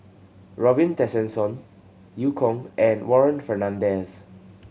Robin Tessensohn Eu Kong and Warren Fernandez